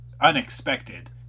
unexpected